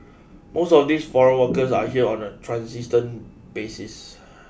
most of these foreign workers are here on a transient basis